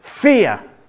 Fear